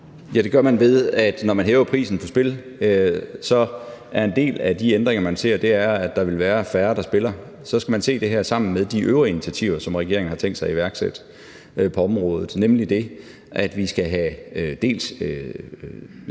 Ja, det gør man, ved at når man hæver prisen for spil, er en del af de ændringer, man ser, at der vil være færre, der spiller. Så skal man se det her sammen med de øvrige initiativer, som regeringen har tænkt sig at iværksætte på området, nemlig det, at vi skal have sat